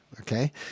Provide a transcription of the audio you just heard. okay